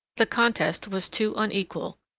the contest was too unequal,